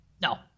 No